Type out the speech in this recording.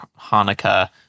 Hanukkah